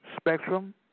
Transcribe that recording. Spectrum